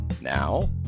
Now